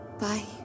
Bye